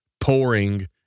pouring